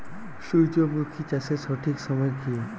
সূর্যমুখী চাষের সঠিক সময় কি?